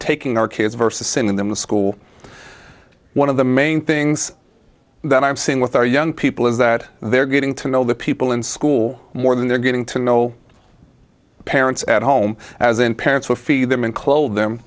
taking our kids versus in the school one of the main things that i'm seeing with our young people is that they're getting to know the people in school more than they're getting to know parents at home as in parents we feed them and clothe them